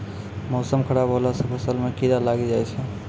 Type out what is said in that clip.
मौसम खराब हौला से फ़सल मे कीड़ा लागी जाय छै?